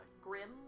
grim